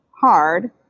hard